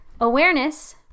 Awareness